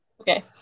Okay